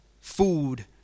food